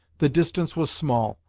the distance was small,